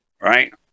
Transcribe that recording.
right